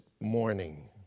morning